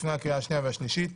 לפני הקריאה השנייה והשלישית.